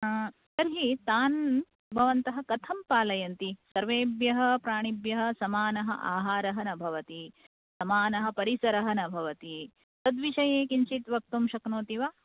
तर्हि तान् भवन्तः कथं पालयन्ति सर्वेभ्यः प्राणीभ्यः समानः आहारः न भवति समान परिसरः न भवति तत् विषये किञ्चित् वक्तुं न शक्नोति वा